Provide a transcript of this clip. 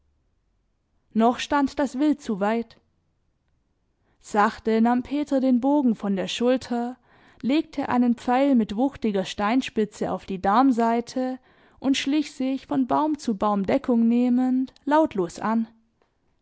noch stand das wild zu weit sachte nahm peter den bogen von der schulter legte einen pfeil mit wuchtiger steinspitze auf die darmsaite und schlich sich von baum zu baum deckung nehmend lautlos an